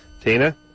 Tina